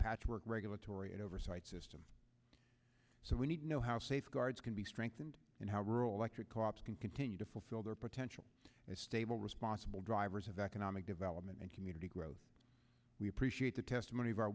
patchwork regulatory oversight system so we need to know how safeguards can be strengthened and how rural electric co ops can continue to fulfill their potential and stable responsible drivers of economic development and community growth we appreciate the testimony of our